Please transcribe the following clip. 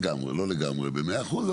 לא לגמרי במאה אחוז,